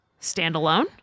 standalone